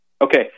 Okay